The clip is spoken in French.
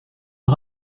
l’a